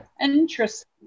Interesting